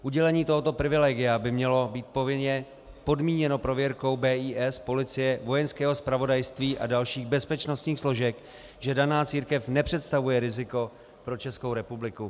Udělení tohoto privilegia by mělo být povinně podmíněno prověrkou BIS, policie, Vojenského zpravodajství a dalších bezpečnostních složek, že daná církev nepředstavuje riziko pro Českou republiku.